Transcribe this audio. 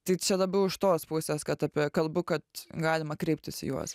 tai čia labiau iš tos pusės kad apie kalbu kad galima kreiptis į juos